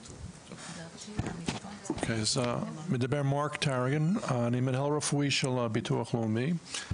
אני מנהל רפואי של הביטוח הלאומי.